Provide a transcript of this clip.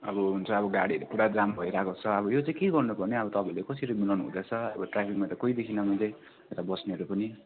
अब हुन्छ अब गाडीहरू पुरा जाम भइरहेको छ अब यो चाहिँ के गर्नु पर्ने अब तपाईँहरूले कसरी मिलाउनु हुँदैछ अब ट्राफिकमा त कोही देखिनँ मैले यता बस्नेहरू पनि